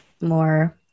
more